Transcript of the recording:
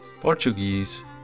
Portuguese